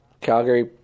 Calgary